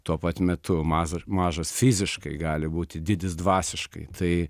tuo pat metu mažas mažas fiziškai gali būti didis dvasiškai tai